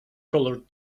colored